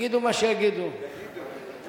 יגידו שגם אתה רוצה להיות נשיא.